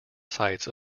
sites